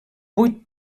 vuit